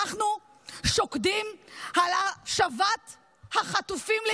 אנחנו שוקדים על השבת החטופים לישראל,